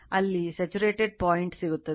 ಅಲ್ಲಿ satuarted point ಸಿಗುತ್ತದೆ